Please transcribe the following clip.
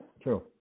True